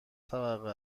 طبقه